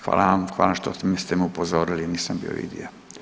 Hvala vam, hvala vam što ste me upozorili, nisam bio vidio.